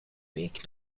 week